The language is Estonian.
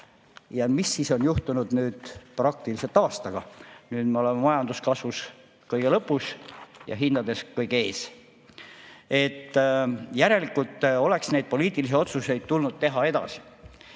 Mis siis on juhtunud nüüd praktiliselt aastaga? Nüüd me oleme majanduskasvu poolest kõige lõpus ja hindade poolest kõige ees. Järelikult oleks neid poliitilisi otsuseid tulnud teha edasi.